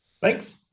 Thanks